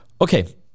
Okay